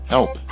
Help